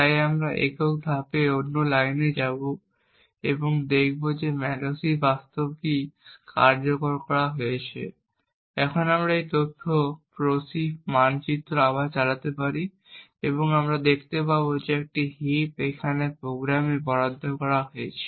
তাই আমরা একক ধাপে অন্য লাইনে যাব এবং দেখব যে malloc বাস্তবিকই কার্যকর করা হয়েছে আমরা এখন এই তথ্য proc মানচিত্রটি আবার চালাতে পারি এবং আমরা দেখতে পাব যে একটি হিপ এখন প্রোগ্রামে বরাদ্দ করা হয়েছে